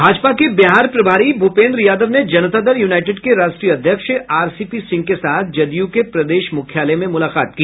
भाजपा के बिहार प्रभारी भूपेन्द्र यादव ने जनता दल यूनाईटेड के राष्ट्रीय अध्यक्ष आरसीपी सिंह के साथ जदयू के प्रदेश मुख्यालय में मुलाकात की